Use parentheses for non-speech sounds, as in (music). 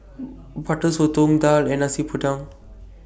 (noise) Butter Sotong Daal and Nasi Padang